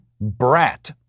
brat